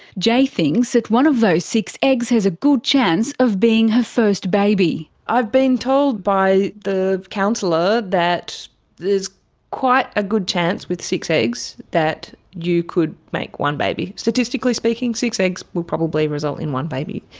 jay thinks that one of those six eggs has a good chance of being her first baby. i've been told by the councillor that there's quite a good chance with six eggs that you could make one baby. statistically speaking, six eggs would probably result in one baby.